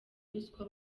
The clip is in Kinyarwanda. ruswa